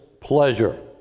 pleasure